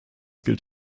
gilt